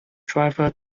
driver